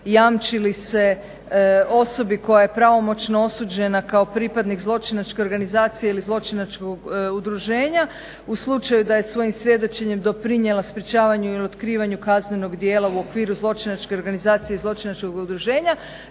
jamči li se osobi koja je pravomoćno osuđena kao pripadnik zločinačke organizacije ili zločinačkog udruženja u slučaju da je svojim svjedočenjem doprinijela sprječavanju ili otkrivanju kaznenog djela u okviru zločinačke organizacije i zločinačkog udruženja